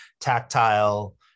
tactile